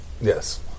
Yes